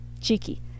cheeky